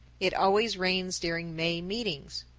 it always rains during may meetin's.